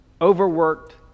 Overworked